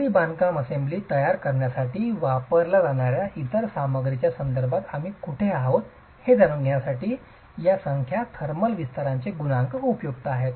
दगडी बांधकाम असेंब्ली तयार करण्यासाठी वापरल्या जाणार्या इतर सामग्रीच्या संदर्भात आम्ही कुठे उभे आहोत हे जाणून घेण्यासाठी या संख्या थर्मल विस्ताराचे गुणांक उपयुक्त आहेत